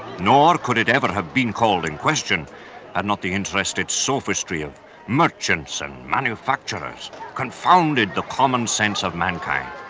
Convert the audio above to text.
nor could it ever have been called in question had not the interested sophistry of merchants and manufacturers confounded the common sense of mankind.